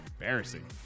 Embarrassing